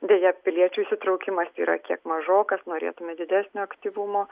deja piliečių įsitraukimas yra kiek mažokas norėtume didesnio aktyvumo